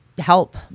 help